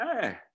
hey